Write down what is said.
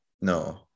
No